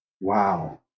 Wow